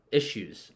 issues